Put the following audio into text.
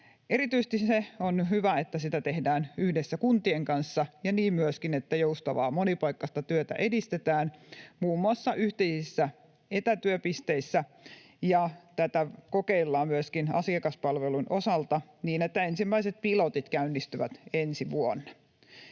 Erityisesti se on hyvä, että sitä tehdään yhdessä kuntien kanssa ja myöskin niin, että joustavaa, monipaikkaista työtä edistetään muun muassa yhteisissä etätyöpisteissä, ja tätä kokeillaan myöskin asiakaspalvelun osalta niin, että ensimmäiset pilotit käynnistyvät ensi vuonna.